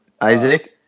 Isaac